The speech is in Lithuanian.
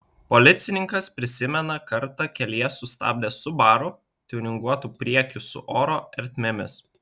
policininkas prisimena kartą kelyje sustabdęs subaru tiuninguotu priekiu su oro ertmėmis